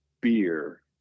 beer